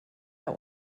der